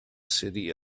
city